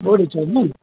बोडी छैन